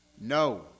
No